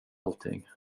allting